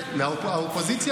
מהאופוזיציה